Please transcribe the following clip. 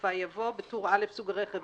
בסופה יבוא: בטור א' סוג הרכב